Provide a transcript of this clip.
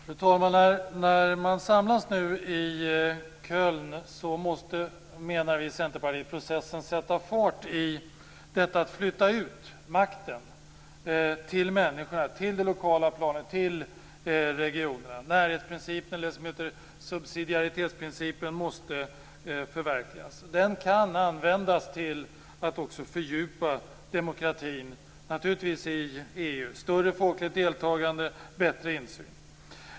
Fru talman! Vi i Centerpartiet menar att när man nu träffas i Köln måste processen sätta fart för att flytta ut makten till människorna, till det lokala planet och till regionerna. Närhetsprincipen, det som heter subsidiaritetsprincipen, måste förverkligas. Den kan naturligtvis också användas till att fördjupa demokratin i EU. Det skulle innebära större folkligt deltagande och bättre insyn.